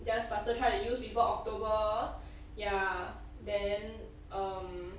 just faster try to use before october ya then um